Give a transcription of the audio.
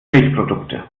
milchprodukte